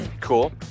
cool